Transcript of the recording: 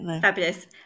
Fabulous